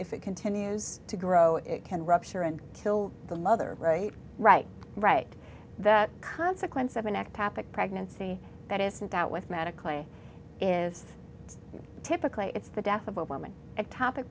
if it continues to grow it can rupture and kill the mother right right right that consequence of an ectopic pregnancy that isn't that with medically is typically it's the death of a woman a topic